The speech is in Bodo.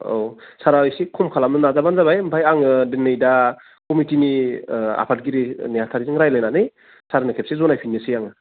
औ सारा एसे खम खालामनो नाजाबानो जाबाय आमफ्राय आङो दिनै दा कमिटिनि ओह आफादगिरि नेहाथारिजों रायलायनानै सारनो खेबसे जनायफिननोसै आङो